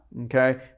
Okay